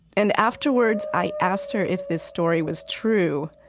and afterward, i asked her if this story was true.